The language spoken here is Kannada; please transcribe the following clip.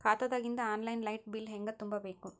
ಖಾತಾದಾಗಿಂದ ಆನ್ ಲೈನ್ ಲೈಟ್ ಬಿಲ್ ಹೇಂಗ ತುಂಬಾ ಬೇಕು?